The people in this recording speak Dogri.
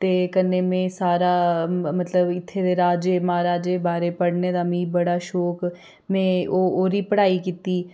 ते कन्नै में सारा मतलब इत्थें दे राजे महाराजे बारै पढ़ने दा मिकी बड़ा शौक में ओह् ओह्री पढ़ाई कीती